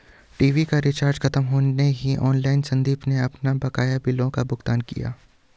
TV का recharge खत्म होते ही ऑनलाइन संदीप ने अपने बकाया बिलों का भुगतान किया